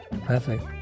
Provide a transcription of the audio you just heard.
Perfect